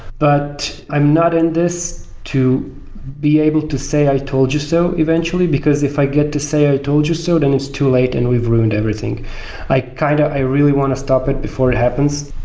but i'm not in this to be able to say i told you so eventually, because if i get to say i told you so, then it's too late and we've ruined everything i kind of i really want to stop it before it happens.